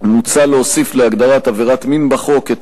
מוצע להוסיף להגדרת "עבירת מין" בחוק את